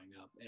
up